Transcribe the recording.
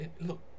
look